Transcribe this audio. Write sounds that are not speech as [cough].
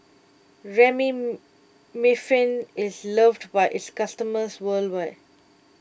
[unintelligible] is loved by its customers worldwide